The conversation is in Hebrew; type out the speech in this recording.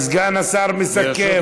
סגן השר מסכם, אז אנא.